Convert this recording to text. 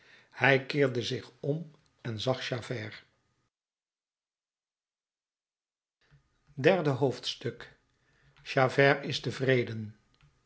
hij keerde zich om en zag javert derde hoofdstuk javert is tevreden